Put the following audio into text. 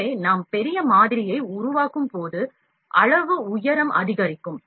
எனவே நாம் பெரிய மாதிரியை உருவாக்கும்போது அளவு உயரம் அதிகரிக்கும்